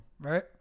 Right